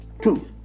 two